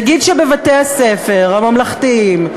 נגיד שבבתי-הספר הממלכתיים,